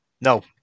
no